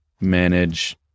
manage